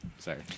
sorry